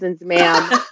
ma'am